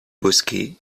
bosquets